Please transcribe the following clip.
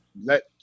let